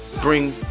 bring